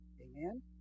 Amen